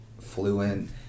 fluent